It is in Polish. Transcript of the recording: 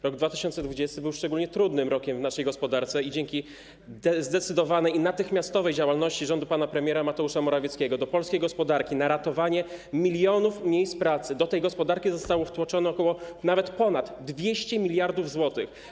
Rok 2020 był szczególnie trudnym rokiem w naszej gospodarce i dzięki zdecydowanej i natychmiastowej działalności rządu pana premiera Mateusza Morawieckiego do polskiej gospodarki na ratowanie milionów miejsc pracy do gospodarki zostało wtłoczonych nawet ponad 200 mld zł.